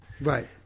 Right